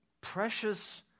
precious